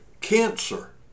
cancer